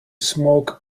smoke